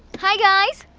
hey guys!